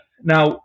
Now